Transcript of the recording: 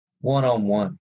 one-on-one